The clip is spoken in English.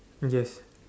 yes